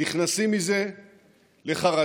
נכנסים מזה לחרדה.